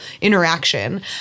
interaction